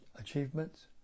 achievements